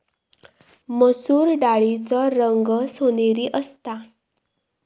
मसुर डाळीचो रंग सोनेरी असता